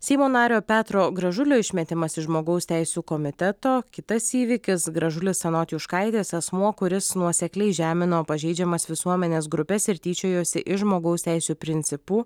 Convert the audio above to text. seimo nario petro gražulio išmetimas iš žmogaus teisių komiteto kitas įvykis gražulis anot juškaitės asmuo kuris nuosekliai žemino pažeidžiamas visuomenės grupes ir tyčiojosi iš žmogaus teisių principų